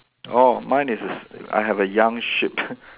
oh mine is this I have a young sheep